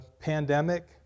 pandemic